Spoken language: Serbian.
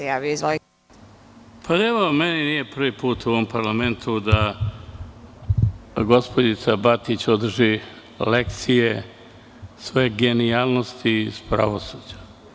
Meni nije prvi put u ovom parlamentu da gospođica Batić održi lekcije svoje genijalnosti iz pravosuđa.